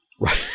Right